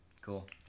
Cool